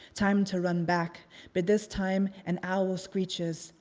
time to run back but this time an owl screeches,